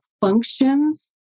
functions